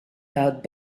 loud